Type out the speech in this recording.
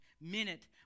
minute